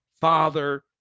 father